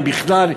אם בכלל?